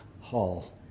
hall